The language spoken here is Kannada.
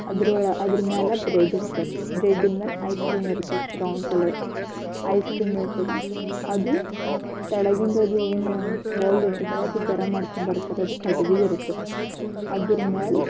ಅದ್ರೊಳಗೆ ಅದ್ರ ಮ್ಯಾಲ ಬ್ರೆಡ್ಡಿಡ್ತರ್ ಬ್ರೆಡ್ಡಿನ ಮ್ಯಾಲ ಐಸ್ಕ್ರೀಮಿರ್ತದ ಬ್ರೌನ್ ಕಲರ್ದು ಐಸ್ಕ್ರೀಮ್ ಇರ್ತದ ಅದು ತೆಳಗಿಂದು ಅದು ಏನು ಬೌಲ್ ಇರ್ತದಲ್ಲ ಅದು ಗರಮ್ ಮಾಡ್ಕೊಂಬರ್ತರ ಅದು ಕಟ್ಟಿಗಿದು ಇರ್ತದ ಅದ್ರ ಮ್ಯಾಲ